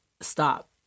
stop